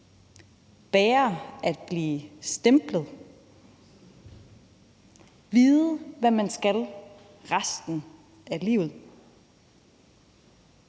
bære at blive stemplet eller vide, hvad man skal resten af livet.